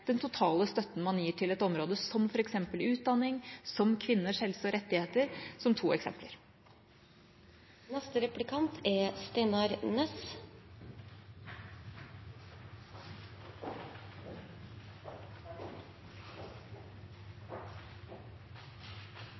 den totale støtten man gir til et område, som f.eks. utdanning og kvinners helse og rettigheter.